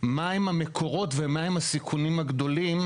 מהם המקורות ומהם הסיכונים הגדולים,